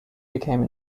became